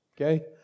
Okay